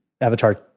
avatar